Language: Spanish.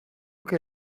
que